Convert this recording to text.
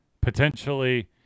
potentially